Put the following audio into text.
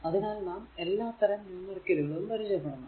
അതിനാൽ നാം ഏല്ലാ തരം ന്യൂമെറിക്കൽ ഉം പരിചയപ്പെടണം